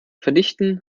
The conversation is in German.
verdichten